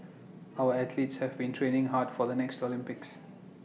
our athletes have been training hard for the next Olympics